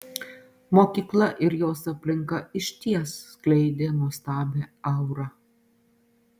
mokykla ir jos aplinka išties skleidė nuostabią aurą